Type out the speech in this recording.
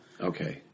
Okay